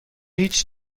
هیچ